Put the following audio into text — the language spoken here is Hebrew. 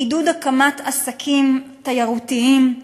עידוד הקמת עסקים תיירותיים.